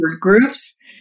groups